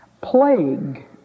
Plague